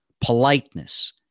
politeness